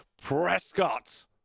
Prescott